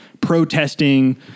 protesting